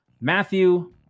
Matthew